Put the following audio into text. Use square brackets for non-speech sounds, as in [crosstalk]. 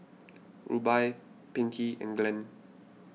[noise] Rubye Pinkey and Glenn